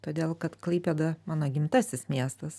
todėl kad klaipėda mano gimtasis miestas